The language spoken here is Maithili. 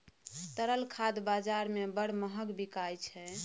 तरल खाद बजार मे बड़ महग बिकाय छै